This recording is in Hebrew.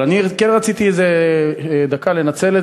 אבל אני כן רציתי איזה דקה לנצל,